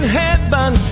heaven